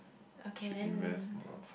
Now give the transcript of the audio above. okay then